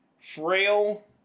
frail